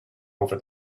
over